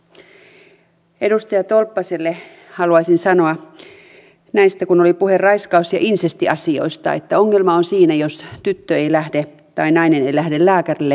edustaja tolppaselle haluaisin sanoa kun oli puhe raiskaus ja insestiasioista että ongelma on siinä jos tyttö tai nainen ei lähde lääkärille raiskauksen jälkeen